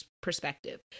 perspective